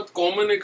common